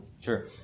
Sure